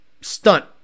stunt